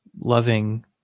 loving